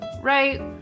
right